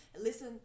listen